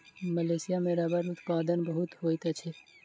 Malaysia में रबड़ उत्पादन बहुत होइत अछि